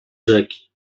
rzeki